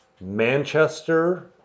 Manchester